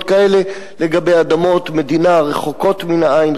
כאלה לגבי אדמות מדינה רחוקות מן העין,